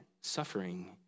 suffering